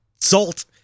salt